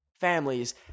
families